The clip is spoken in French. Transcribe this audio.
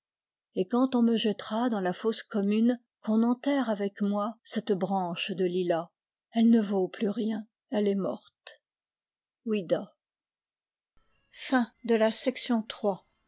et quand on me jettera dans la fosse commune qu'on enterre avec moi cette branche de lilas elle ne vaut plus rien elle est morte